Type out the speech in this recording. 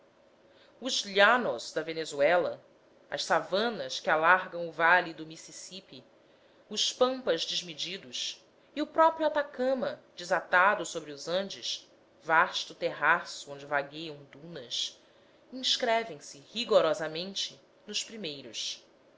os llanos da venezuela as savanas que alargam o vale do mississippi as pampas desmedidas e o próprio atacama desatado sobre os andes vasto terraço onde vagueiam dunas inscrevem se rigorosamente nos primeiros